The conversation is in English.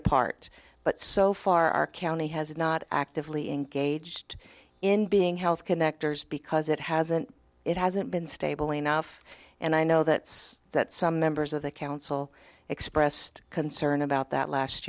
a part but so far our county has not actively engaged in being health connectors because it hasn't it hasn't been stable enough and i know that's that some members of the council expressed concern about that last